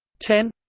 ten